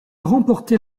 remporté